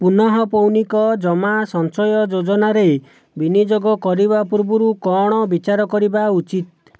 ପୁନଃପୌନିକ ଜମା ସଞ୍ଚୟ ଯୋଜନାରେ ବିନିଯୋଗ କରିବା ପୂର୍ବରୁ କ'ଣ ବିଚାର କରିବା ଉଚିତ